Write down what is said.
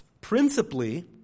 principally